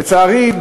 לצערי,